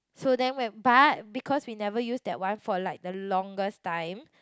so then when but because we never use that one for like the longest time